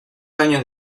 años